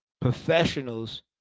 Professionals